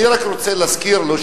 אני רק רוצה להזכיר לו,